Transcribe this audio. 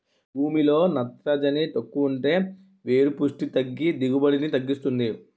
భూమిలో నత్రజని తక్కువుంటే వేరు పుస్టి తగ్గి దిగుబడిని తగ్గిస్తుంది